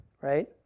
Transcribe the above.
right